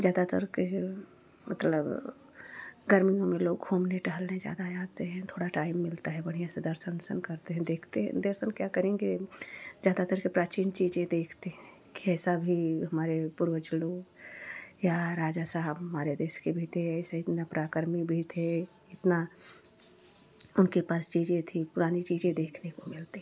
ज़्यादातर के मतलब गर्मियों में लोग घूमने टहलने जादा आते हैं थोड़ा टाइम मिलता है बढ़िया से दर्शन ओर्सन करते हैं देखते हैं दर्शन क्या करेंगे ज़्यादातर के प्राचीन चीज़ें देखते हैं कि ऐसा भी हमारे पूर्वज लोग या राजा साहब हमारे देश के भी थे ऐसे इतना पराक्रमी भी थे इतना उनके पास चीज़ें थी पुरानी चीज़ें देखने को मिलती हैं